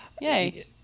yay